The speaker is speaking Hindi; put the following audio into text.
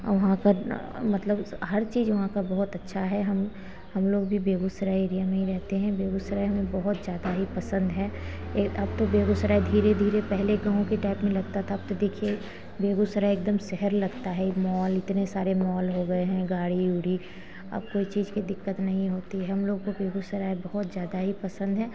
वहाँ पर मतलब हर चीज वहाँ पर बहुत अच्छा है हम हम लोग भी बेगूसराय एरिया में रहते हैं बेगूसराय हमें बहुत ज़्यादा ही पसंद है अब तो बेगूसराय धीरे धीरे पहले गाँव के टाइप में लगता था अब तो देखिए बेगूसराय एकदम शहर लगता है माल इतने सारे माल हो गए है गाड़ी उड़ी अब कोई चीज कि दिक्कत नहीं होती है हम लोग को बेगूसराय बहुत ज़्यादा ही पसंद है